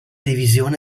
divisione